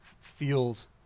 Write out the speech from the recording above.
feels